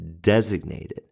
designated